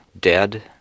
dead